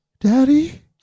Daddy